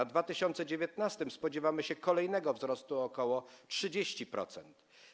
W 2019 r. spodziewamy się kolejnego wzrostu, o ok. 30%.